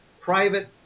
private